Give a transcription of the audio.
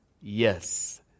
yes